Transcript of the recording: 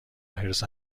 حرص